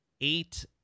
eight